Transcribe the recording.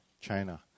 China